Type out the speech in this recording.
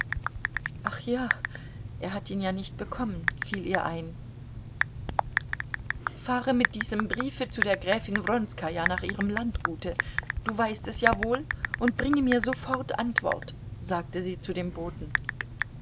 ach ja er hat ihn ja nicht bekommen fiel ihr ein fahre mit diesem briefe zu der gräfin wronskaja nach ihrem landgute du weißt es ja wohl und bringe mir sofort antwort sagte sie zu dem boten